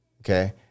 Okay